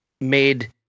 made